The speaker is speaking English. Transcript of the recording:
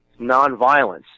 nonviolence